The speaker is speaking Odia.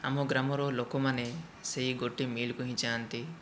ଆମ ଗ୍ରାମର ଲୋକମାନେ ସେହି ଗୋଟିଏ ମିଲ୍କୁ ହିଁ ଯାଆନ୍ତି